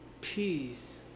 Peace